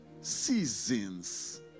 seasons